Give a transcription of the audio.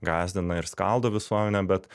gąsdina ir skaldo visuomenę bet